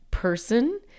Person